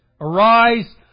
Arise